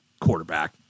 quarterback